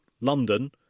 London